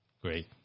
Great